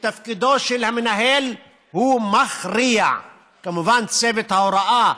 שתפקידו של המנהל מכריע, כמובן, צוות ההוראה,